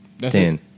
Ten